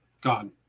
God